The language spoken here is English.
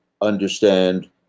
understand